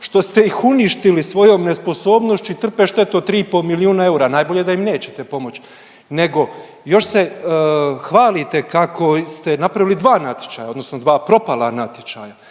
što ste ih uništili svojom nesposobnošću i trpe štetu od tri i pol milijuna eura. Najbolje da im nećete pomoći. Nego još se hvalite kako ste napravili dva natječaja, odnosno dva propala natječaja.